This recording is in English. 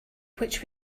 which